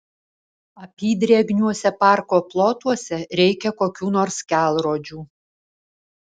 apydrėgniuose parko plotuose reikia kokių nors kelrodžių